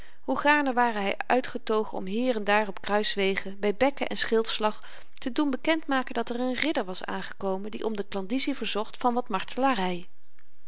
hoe gaarne ware hy uitgetogen om hier en daar op kruiswegen by bekkenen schildslag te doen bekend maken dat er n ridder was aangekomen die om de klandizie verzocht van wat